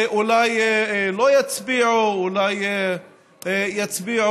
ואולי לא יצביעו, אולי יצביעו